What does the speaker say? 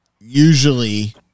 usually